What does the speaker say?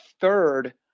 third